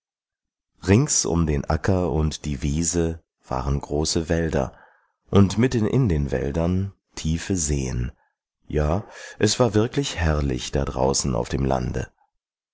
rings um den acker und die wiese waren große wälder und mitten in den wäldern tiefe seen ja es war wirklich herrlich da draußen auf dem lande